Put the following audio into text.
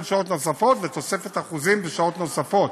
שעות נוספות ותוספת אחוזים בשעות נוספות.